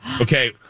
Okay